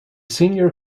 senior